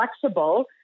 flexible